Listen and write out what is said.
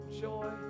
joy